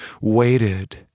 waited